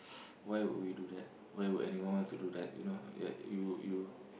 why would we do that why would anyone want to do that you know you you